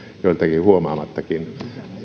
joiltakin huomaamattakin